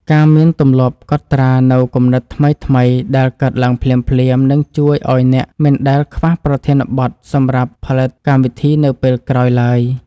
ការមានទម្លាប់កត់ត្រានូវគំនិតថ្មីៗដែលកើតឡើងភ្លាមៗនឹងជួយឱ្យអ្នកមិនដែលខ្វះប្រធានបទសម្រាប់ផលិតកម្មវិធីនៅពេលក្រោយឡើយ។